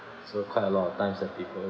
so quite a lot of times that people